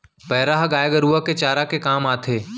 पैरा ह गाय गरूवा के चारा के काम आथे